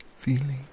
feeling